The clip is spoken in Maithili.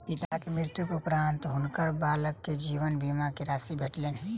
पिता के मृत्यु उपरान्त हुनकर बालक के जीवन बीमा के राशि भेटलैन